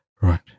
Right